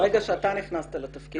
מהרגע שאתה נכנסת לתפקיד,